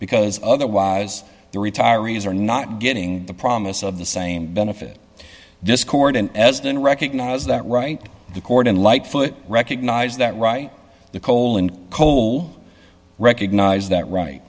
because otherwise the retirees are not getting the promise of the same benefit discordant as then recognize that right the court in lightfoot recognize that right the coal and coal recognize that right